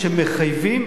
שמחייבים